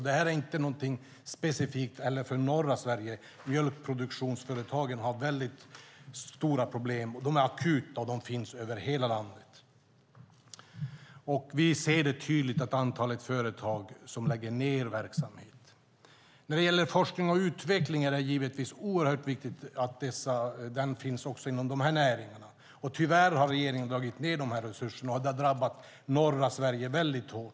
Det är inte heller någonting specifikt för norra Sverige; mjölkproduktionsföretagen har stora problem. De är akuta, och de finns över hela landet. Vi ser det tydligt i antalet företag som lägger ned verksamheten. När det gäller forskning och utveckling är det givetvis oerhört viktigt att den finns också inom de här näringarna. Tyvärr har regeringen dragit ned de resurserna, och det har drabbat norra Sverige väldigt hårt.